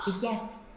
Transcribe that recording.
Yes